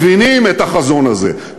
הם מבינים את החזון הזה,